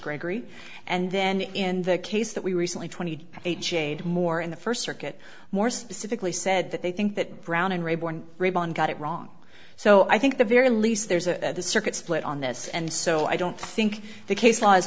gregory and then in the case that we recently twenty eight shade more in the first circuit more specifically said that they think that brown and rayburn got it wrong so i think the very least there's a circuit split on this and so i don't think the case law